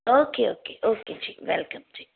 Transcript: okay okay okay ਜੀ welcome ਜੀ